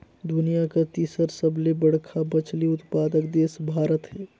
दुनिया कर तीसर सबले बड़खा मछली उत्पादक देश भारत हे